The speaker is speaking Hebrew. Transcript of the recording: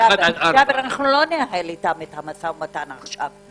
לא ננהל אתם את המשא ומתן עכשיו.